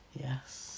Yes